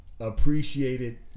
appreciated